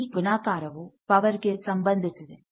ಈ ಗುಣಾಕಾರ ವು ಪವರ್ ಗೆ ಸಂಬಂಧಿಸಿದೆ